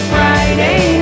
Friday